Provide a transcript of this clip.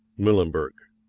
muhlenberg.